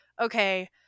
okay